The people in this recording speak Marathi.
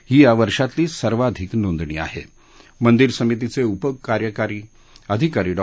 ही या वर्षातली सर्वाधिक नोंदणी आह मंदिर समितीच उपकार्यकारी अधिकारी डॉ